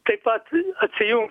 taip pat atsijungt